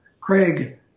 Craig